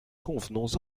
convenons